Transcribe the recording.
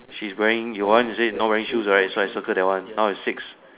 she's wearing your one you say is not wearing shoes right so I circle that one now is six